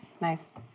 Nice